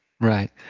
Right